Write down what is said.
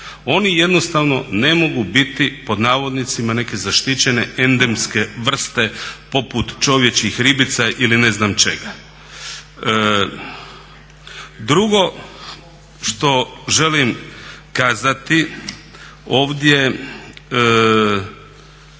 Oni jednostavno ne mogu biti "neke zaštićene endemske vrste" poput čovječjih ribica ili ne znam čega. Drugo što želim kazati ovdje,